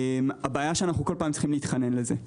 הבעיה שאנו כל פעם צריכים להתחנן לזה,